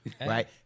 right